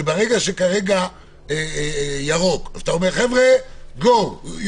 שברגע שכרגע ירוק, אתה אומר: יוצאים.